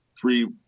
three